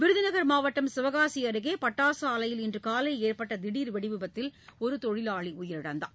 விருதுநகர் மாவட்டம் சிவகாசிஅருகேபட்டாசுஆலையில் இன்றுனலைஏற்பட்டதிடர் வெடிவிபத்தில் ஒருதொழிலாளிஉயிரிழந்தார்